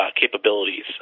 capabilities